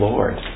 Lord